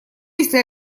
если